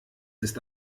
ist